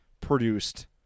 produced